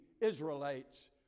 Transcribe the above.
Israelites